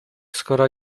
skoro